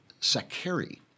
Sakari